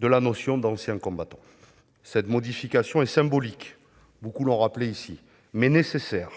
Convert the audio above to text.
de la notion d'ancien combattant. Cette modification est symbolique- beaucoup l'ont rappelé ici -, mais nécessaire,